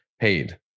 paid